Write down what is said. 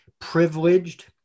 privileged